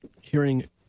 hearing